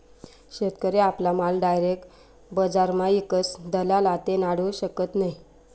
शेतकरी आपला माल डायरेक बजारमा ईकस दलाल आते नाडू शकत नै